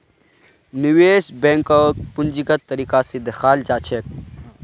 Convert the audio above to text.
निवेश बैंकक पूंजीगत तरीका स दखाल जा छेक